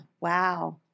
Wow